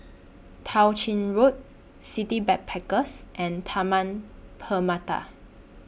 Tao Ching Road City Backpackers and Taman Permata